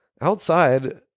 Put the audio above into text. outside